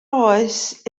oes